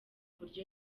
buryo